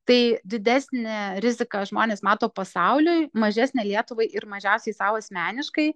tai didesnę riziką žmonės mato pasauliui mažesnę lietuvai ir mažiausiai sau asmeniškai